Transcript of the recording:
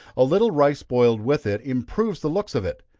a little rice boiled with it, improves the looks of it.